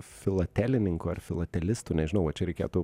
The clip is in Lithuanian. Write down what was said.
filatelininkų ar filatelistų nežinau va čia reikėtų